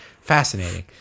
Fascinating